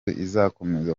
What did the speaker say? izakomeza